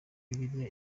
bibiliya